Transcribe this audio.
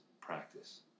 practice